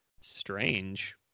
Strange